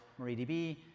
MariaDB